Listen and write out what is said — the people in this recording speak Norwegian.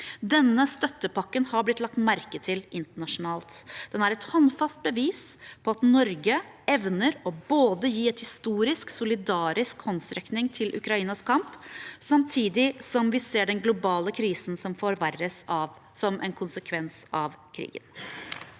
Denne støttepakken har blitt lagt merke til internasjonalt. Den er et håndfast bevis på at Norge evner å gi en historisk, solidarisk håndsrekning til Ukrainas kamp samtidig som vi ser den globale krisen som forverres som en konsekvens av krigen.